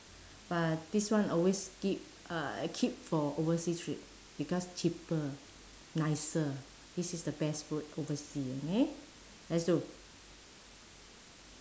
but this one always keep uh keep for overseas trip because cheaper nicer this is the best food oversea okay let's do